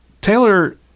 Taylor